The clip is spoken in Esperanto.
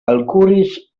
alkuris